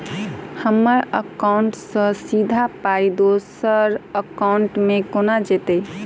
हम्मर एकाउन्ट सँ सीधा पाई दोसर एकाउंट मे केना जेतय?